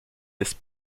liste